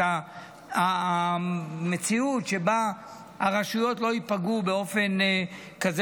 את המציאות שבה הרשויות לא ייפגעו באופן כזה